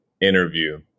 interview